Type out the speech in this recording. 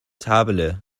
طبله